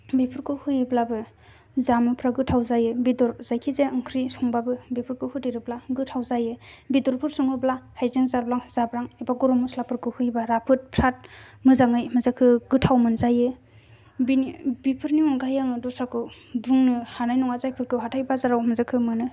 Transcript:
बेफोरखौ होयोब्लाबो जामुंफोरा गोथाव जायो बेदर जायखि जाया ओंख्रि संबाबो बेफोरखौ होदेरोब्ला गोथाव जायो बेदरफोर सङोब्ला हायजें जाब्रां एबा गरम मसलाफोरखौ होयोबा राफोद फ्राद मोजाङै मा जाखो गोथाव मोनजायो बिनि बेफोरनि अनगायै आङो दस्राखौ बुंनो हानाय नङा जायफोरखौ हाथाय बाजाराव जायखौ मोनो